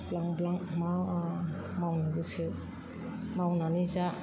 ब्लां ब्लां मा मावनो गोसो मावनानै जा